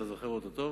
אתה זוכר אותו טוב.